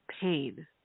pain